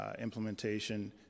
implementation